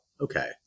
okay